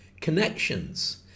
Connections